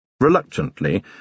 Reluctantly